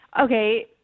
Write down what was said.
Okay